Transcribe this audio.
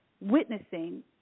witnessing